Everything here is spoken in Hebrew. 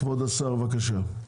כבוד השר בבקשה.